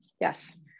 Yes